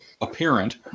apparent